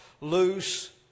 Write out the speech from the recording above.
loose